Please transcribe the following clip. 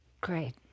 Great